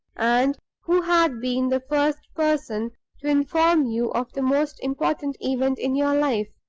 and who had been the first person to inform you of the most important event in your life.